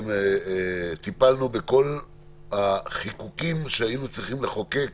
טיפלנו בכל החיקוקים שהיינו צריכים לחוקק